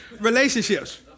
Relationships